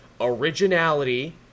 originality